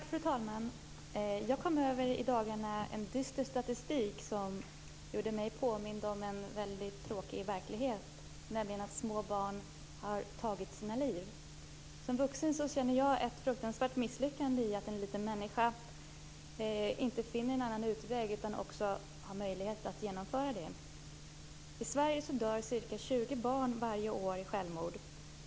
Fru talman! Jag kom i dagarna över en dyster statistik, som gjorde mig påmind om en väldigt tråkig verklighet, nämligen att det förekommer att små barn tar sina liv. Som vuxen känner jag det som ett fruktansvärt misslyckande när en liten människa inte finner någon annan utväg än självmord och även har möjlighet att genomföra detta. I Sverige dör varje år ca 20 barn på grund av självmord.